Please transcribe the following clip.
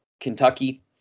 Kentucky